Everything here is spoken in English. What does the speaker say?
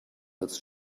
its